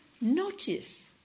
notice